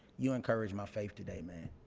you encouraged my faith today man.